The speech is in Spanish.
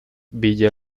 villa